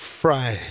fry